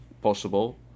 possible